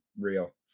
real